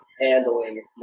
handling